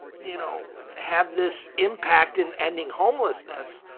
you know, have this impact in ending homelessness.